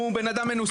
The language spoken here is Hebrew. -- הוא בן אדם מנוסה,